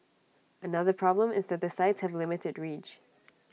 another problem is that the sites have limited reach